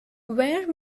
where